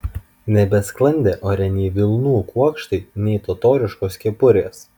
nebesklandė ore nei vilnų kuokštai nei totoriškos kepurės